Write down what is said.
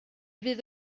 fydd